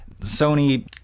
Sony